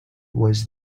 was